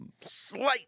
Slight